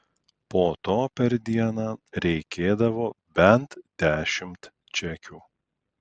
po to per dieną reikėdavo bent dešimt čekių